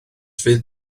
fyddi